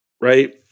Right